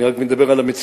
אני רק מדבר על המציאות,